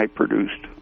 produced